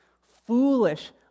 Foolish